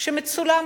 שמצולמים.